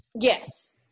yes